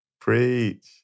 preach